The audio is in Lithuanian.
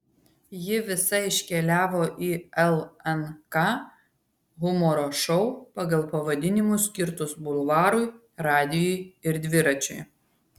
ji visa iškeliavo į lnk humoro šou pagal pavadinimus skirtus bulvarui radijui ir dviračiui